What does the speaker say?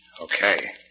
Okay